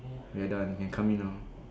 we are done you can come in now